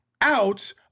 out